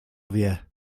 wie